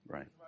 Right